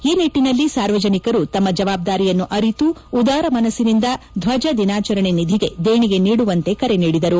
ಈ ನಿಟ್ಟನಲ್ಲಿ ಸಾರ್ವಜನಿಕರು ತಮ್ಮ ಜವಾಬ್ದಾರಿಯನ್ನು ಅರಿತು ಉದಾರ ಮನಸ್ಸಿನಿಂದ ಧ್ವಜ ದಿನಾಚರಣೆ ನಿಧಿಗೆ ದೇಣಿಗೆ ನೀಡುವಂತೆ ಕರೆ ನೀಡಿದರು